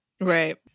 Right